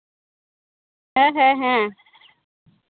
ᱦᱮᱸ ᱦᱮᱸ ᱦᱮᱸ